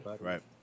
Right